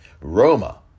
Roma